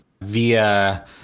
via